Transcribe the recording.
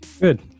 good